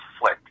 flick